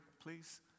please